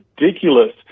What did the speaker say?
ridiculous